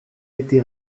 été